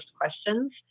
questions